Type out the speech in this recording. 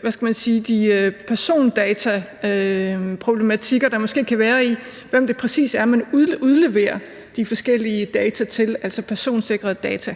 hvad skal man sige – de persondataproblematikker, der måske kan være i, hvem det præcis er, man udleverer de forskellige data til, altså de personsikrede data.